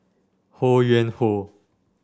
Ho Yuen Hoe